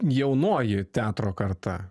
jaunoji teatro karta